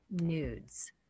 nudes